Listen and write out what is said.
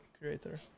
creator